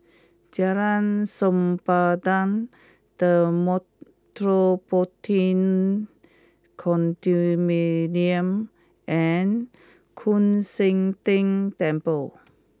Jalan Sempadan The Metropolitan Condominium and Koon Seng Ting Temple